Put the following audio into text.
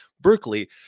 Berkeley